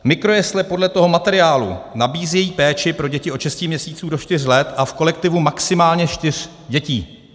Mikrojesle podle toho materiálu nabízejí péči pro děti od šesti měsíců do čtyř let a v kolektivu maximálně čtyř dětí.